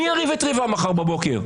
מי יריב את ריבם מחר בבוקר?